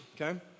okay